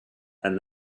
and